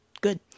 good